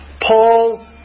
Paul